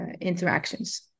interactions